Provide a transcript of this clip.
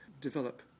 develop